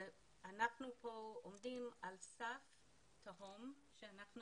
אנחנו כאן עומדים על סף תהום כי חלילה